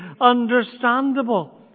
understandable